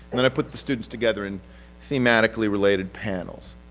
then i put the students together in thematically related panels.